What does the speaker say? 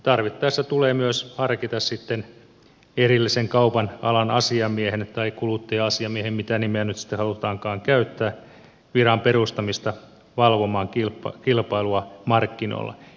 tarvittaessa tulee harkita myös erillisen kaupan alan asiamiehen tai kuluttaja asiamiehen mitä nimeä nyt sitten halutaankaan käyttää viran perustamista valvomaan kilpailua markkinoilla